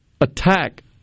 Attack